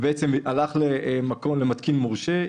הלך למתקין מורשה,